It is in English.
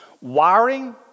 Wiring